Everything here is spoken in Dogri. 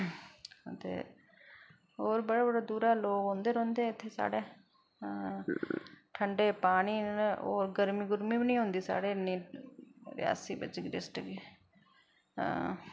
अते होर बड़े बड़े दूरा लोग औंदे रौंह्दे इत्थै साढ़ै ठंडे पानी न होर गर्मी गुर्मी बी मी होंदी साढ़ै इन्नी रियासी बिच डिस्टिक च आं